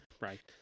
Right